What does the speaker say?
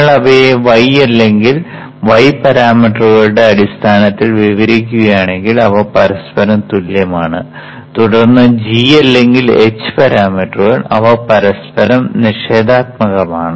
നിങ്ങൾ അവയെ y അല്ലെങ്കിൽ z പാരാമീറ്ററുകളുടെ അടിസ്ഥാനത്തിൽ വിവരിക്കുകയാണെങ്കിൽ അവ പരസ്പരം തുല്യമാണ് തുടർന്ന് g അല്ലെങ്കിൽ h പാരാമീറ്ററുകൾ അവ പരസ്പരം നിഷേധാത്മകമാണ്